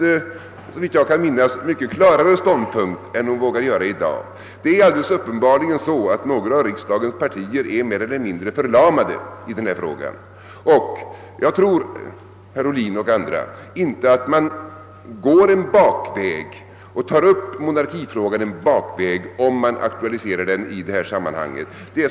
Såvitt jag kan minnas har hon tidigare tagit ståndpunkt mycket klarare än i dag. Uppenbarligen är några av riksdagens partier mer eller mindre förlamade när det gäller denna fråga. Jag tror inte, herr Ohlin och andra, att man går en bakväg om man aktualiserar monarkifrågan på detta sätt.